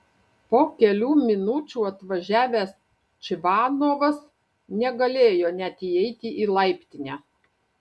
po kelių minučių atvažiavęs čvanovas negalėjo net įeiti į laiptinę